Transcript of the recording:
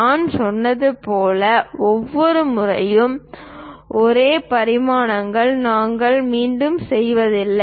நான் சொன்னது போல் ஒவ்வொரு முறையும் ஒரே பரிமாணங்களை நாங்கள் மீண்டும் செய்வதில்லை